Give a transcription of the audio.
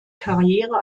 karriere